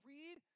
Read